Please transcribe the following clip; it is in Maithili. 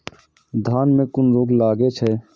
धान में कुन रोग लागे छै?